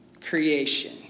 Creation